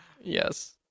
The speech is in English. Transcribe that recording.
Yes